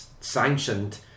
sanctioned